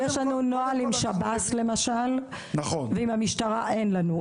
יש לנו נוהל עם שב"ס למשל, ועם המשטרה אין לנו.